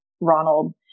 Ronald